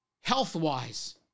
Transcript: health-wise